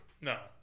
No